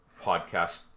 podcast